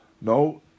No